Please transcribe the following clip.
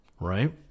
Right